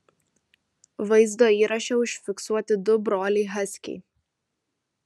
vaizdo įraše užfiksuoti du broliai haskiai